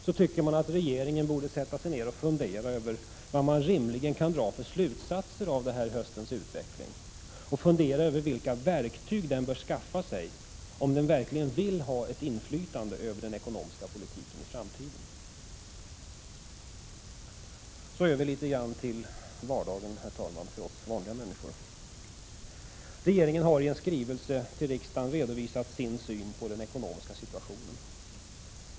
Jag tycker att regeringen borde sätta sig ned och fundera över vad den rimligen kan dra för slutsatser av höstens utveckling och vilka verktyg den bör skaffa sig, om den verkligen vill ha ett inflytande över den ekonomiska politiken i framtiden. Så över till vardagen för oss vanliga människor, herr talman! Regeringen har i en skrivelse till riksdagen redovisat sin syn på den ekonomiska situationen.